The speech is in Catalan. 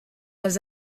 els